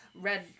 red